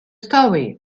story